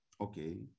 Okay